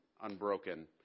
unbroken